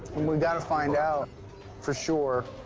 we've got to find out for sure